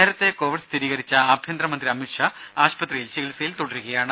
നേരത്തെ കോവിഡ് സ്ഥിരീകരിച്ച ആഭ്യന്തര മന്ത്രി അമിത്ഷാ ആശുപത്രിയിൽ ചികിത്സയിൽ തുടരുകയാണ്